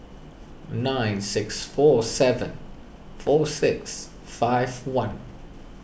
nine six four seven four six five one